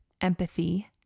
empathy